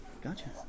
Gotcha